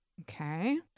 Okay